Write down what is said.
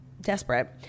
desperate